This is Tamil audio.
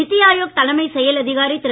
நிதிஆயோக் தலைமை செயல் அதிகாரி திரு